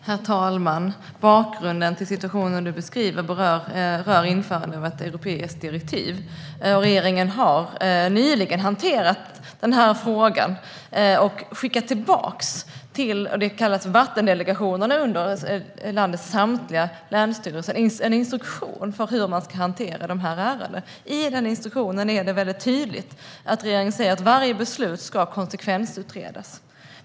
Herr talman! Bakgrunden till den situation Lars-Axel Nordell beskriver rör införandet av ett europeiskt direktiv. Regeringen har nyligen hanterat frågan och har via vattendelegationerna under landets samtliga länsstyrelser skickat tillbaka en instruktion för hur dessa ärenden ska hanteras. Av den instruktionen framgår det tydligt att varje beslut ska konsekvensutredas.